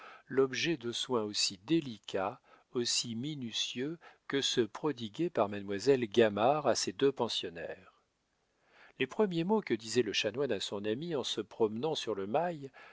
l'objet de soins aussi délicats aussi minutieux que ceux prodigués par mademoiselle gamard à ses deux pensionnaires les premiers mots que disait le chanoine à son ami en se promenant sur le mail